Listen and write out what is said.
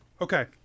Okay